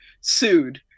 sued